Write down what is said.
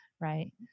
right